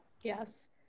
yes